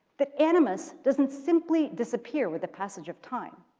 that animus doesn't simply disappear with the passage of time.